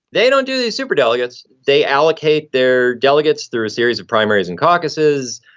they don't do these super delegates. they allocate their delegates through a series of primaries and caucuses.